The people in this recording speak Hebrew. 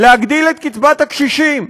הוא להגדיל את קצבת הקשישים.